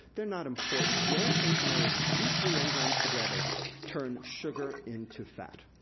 they're not important. the only thing to know is these three enzymes together turn sugar into fat.